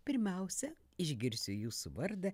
pirmiausia išgirsiu jūsų vardą